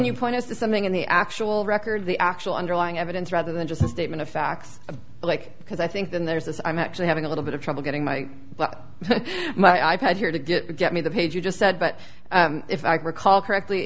you point us to something in the actual record the actual underlying evidence rather than just a statement of facts like because i think then there's this i'm actually having a little bit of trouble getting my but my i pad here to get get me the page you just said but if i can recall correctly